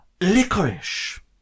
licorice